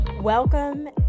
Welcome